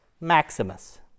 Maximus